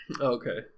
Okay